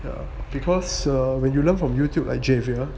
ya because err when you learn from Youtube like javier